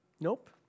Nope